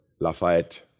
Lafayette